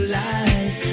life